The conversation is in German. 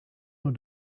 nur